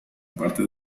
parte